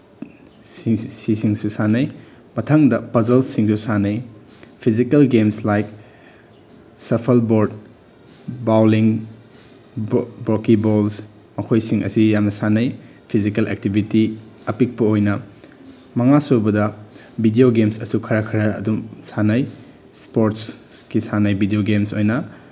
ꯁꯤꯁꯤꯡꯁꯨ ꯁꯥꯟꯅꯩ ꯃꯊꯪꯗ ꯄꯖꯜꯁꯁꯤꯡꯁꯨ ꯁꯥꯟꯅꯩ physical games like shuffleboard bowling bocce balls ꯃꯈꯣꯏꯁꯤꯡ ꯑꯁꯤ ꯌꯥꯝꯅ ꯁꯥꯟꯅꯩ ꯐꯤꯖꯤꯀꯦꯜ ꯑꯦꯛꯇꯤꯚꯤꯇꯤ ꯑꯄꯤꯛꯄ ꯑꯣꯏꯅ ꯃꯉꯥꯁꯨꯕꯗ ꯚꯤꯗꯤꯌꯣ ꯒꯦꯝꯁꯁꯨ ꯈꯔ ꯈꯔ ꯑꯗꯨꯝ ꯁꯥꯟꯅꯩ ꯏꯁꯄꯣꯔꯠꯁꯀꯤ ꯁꯥꯟꯅꯩ ꯚꯤꯗꯤꯌꯣ ꯒꯦꯝꯁ ꯑꯣꯏꯅ